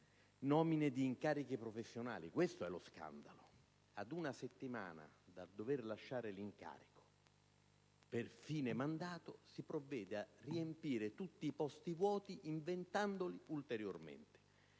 ben 40 incarichi professionali. Questo è lo scandalo. Una settimana prima di dover lasciare l'incarico per fine mandato, si provvede a riempire tutti i posti vuoti inventandoli ulteriormente.